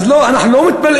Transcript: אז לא, אנחנו לא מתפלאים.